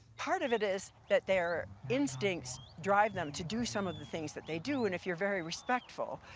part of it is that their instincts drive them to do some of the things that they do and if you're very respectful,